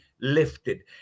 lifted